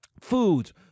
Foods